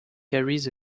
carries